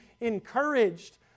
encouraged